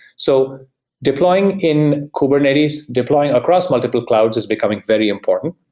so deploying in kubernetes, deploying across multiple clouds is becoming very important.